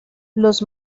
los